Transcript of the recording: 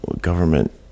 government